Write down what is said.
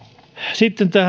sitten